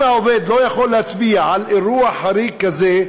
אם העובד לא יכול להצביע על אירוע חריג כזה,